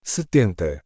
Setenta